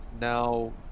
Now